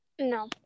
No